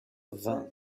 vingt